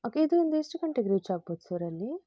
okay ಇದೊಂದು ಎಷ್ಟು ಗಂಟೆಗೆ ರೀಚ್ ಆಗ್ಬೋದು ಸರಲ್ಲಿ